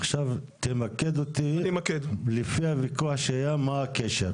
עכשיו תמקד אותי, לפני הוויכוח שהיה, מה הקשר?